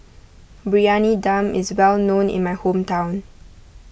Briyani Dum is well known in my hometown